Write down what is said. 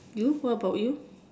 you what about you